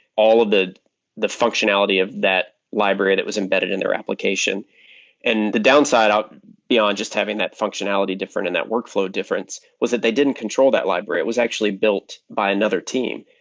all of the the functionality of that library that was embedded in their application and the downside beyond just having that functionality different in that workflow difference was that they didn't control that library. it was actually built by another team.